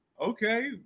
Okay